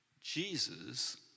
Jesus